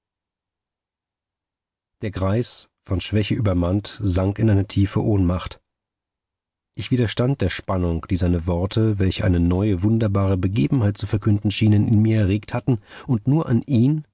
der greis von schwäche übermannt sank in eine tiefe ohnmacht ich widerstand der spannung die seine worte welche eine neue wunderbare begebenheit zu verkünden schienen in mir erregt hatten und nur an ihn